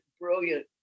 brilliant